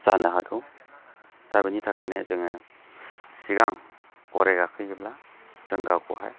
जानो हागौ दा बिनि थाखायनो जोङो सिगां गराइ गाखोयोब्ला जों गावखौहाय